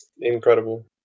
incredible